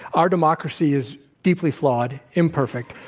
our democracy is deeply flawed, imperfect,